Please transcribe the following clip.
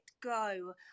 go